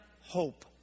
hope